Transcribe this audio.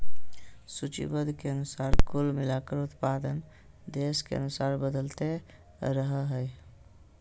सूचीबद्ध के अनुसार कुल मिलाकर उत्पादन देश के अनुसार बदलते रहइ हइ